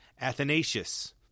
Athanasius